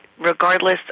regardless